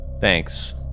Thanks